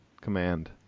command